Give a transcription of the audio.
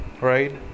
right